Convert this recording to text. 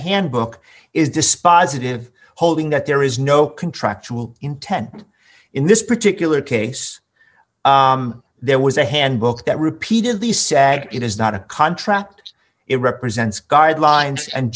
handbook is dispositive holding that there is no contractual intent in this particular case there was a handbook that repeatedly say it is not a contract it represents guidelines and